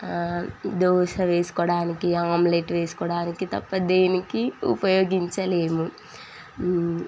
దోశ వేసుకోవడానికి ఆమ్లెట్ వేసుకోవడానికి తప్పా దేనికి ఉపయోగించలేము